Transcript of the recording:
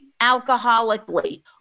alcoholically